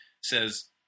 Says